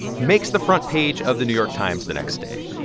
makes the front page of the new york times the next day.